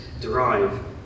Derive